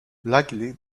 luckily